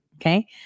okay